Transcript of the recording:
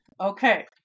Okay